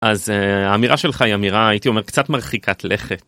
אז האמירה שלך היא אמירה הייתי אומר קצת מרחיקת לכת.